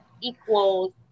equals